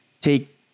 take